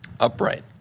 Upright